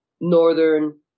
northern